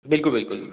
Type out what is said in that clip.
बिल्कुल बिल्कुल